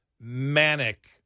manic